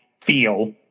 feel